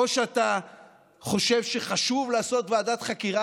או שאתה חושב שחשוב לעשות ועדת חקירה